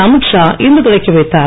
அமீத்ஷா இன்று தொடக்கி வைத்தார்